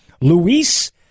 Luis